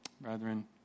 Brethren